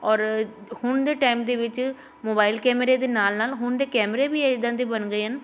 ਔਰ ਹੁਣ ਦੇ ਟਾਈਮ ਦੇ ਵਿੱਚ ਮੋਬਾਇਲ ਕੈਮਰੇ ਦੇ ਨਾਲ ਨਾਲ ਹੁਣ ਦੇ ਕੈਮਰੇ ਵੀ ਇੱਦਾਂ ਦੇ ਬਣ ਗਏ ਹਨ